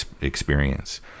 experience